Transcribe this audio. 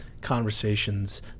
conversations